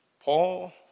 Paul